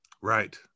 Right